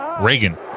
Reagan